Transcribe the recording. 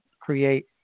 create